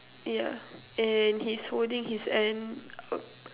yeah and he's holding his hand up